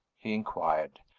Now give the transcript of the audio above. he inquired.